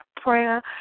prayer